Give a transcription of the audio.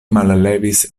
mallevis